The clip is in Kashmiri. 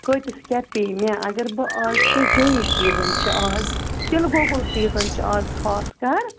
کۭتِس کیٛاہ پیٚیہِ مےٚ اگر بہٕ اَز چھِ جیی سیٖزَن چھِ اَز تِلہٕ گۄگُل سیٖزَن چھُ اَز خاص کَر